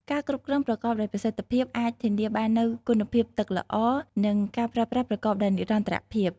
ការគ្រប់គ្រងប្រកបដោយប្រសិទ្ធភាពអាចធានាបាននូវគុណភាពទឹកល្អ និងការប្រើប្រាស់ប្រកបដោយនិរន្តរភាព។